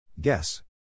Guess